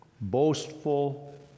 boastful